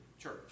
church